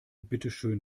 bitteschön